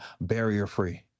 barrier-free